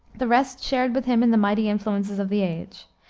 the rest shared with him in the mighty influences of the age.